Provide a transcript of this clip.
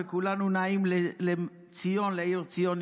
וכולנו נעים לעיר ציון,